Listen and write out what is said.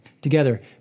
together